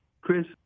Chris